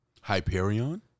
Hyperion